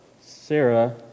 Sarah